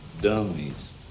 dummies